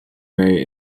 may